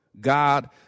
God